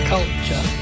Culture